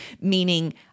Meaning